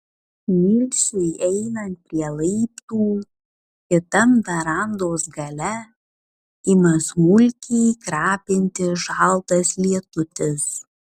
nilsui einant prie laiptų kitam verandos gale ima smulkiai krapinti šaltas lietutis